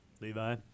Levi